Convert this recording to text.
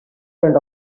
friend